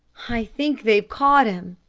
i think they've caught him,